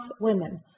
women